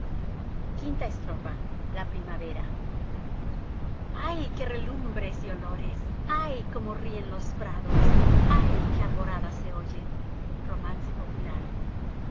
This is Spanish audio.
consumos v la primavera ay qué relumbres y olores ay cómo ríen los prados ay qué alboradas se oyen i romance popular